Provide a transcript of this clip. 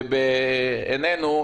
ובעינינו,